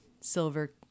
silver